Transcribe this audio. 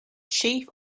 chief